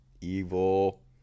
evil